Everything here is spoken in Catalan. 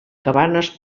cabanes